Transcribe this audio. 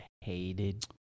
hated